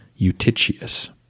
Eutychius